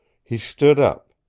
he stood up.